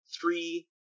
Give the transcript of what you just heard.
three